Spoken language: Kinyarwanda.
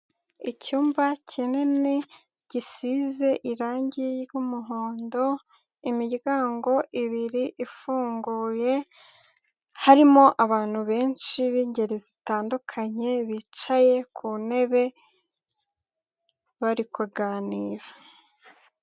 Icyumba kinini gisize irangi ry'umuhondo, imiryango ibiri ifunguye, harimo abantu benshi b'ingeri zitandukanye bicaye ku ntebe bari kuganira.